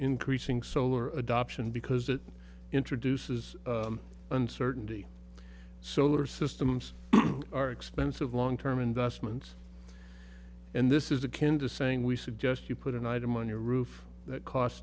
increasing solar adoption because it introduces uncertainty solar systems are expensive long term investments and this is akin to saying we suggest you put an item on your roof that costs